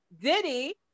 Diddy